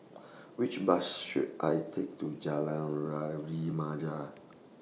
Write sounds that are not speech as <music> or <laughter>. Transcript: Which Bus should I Take to Jalan <unintelligible>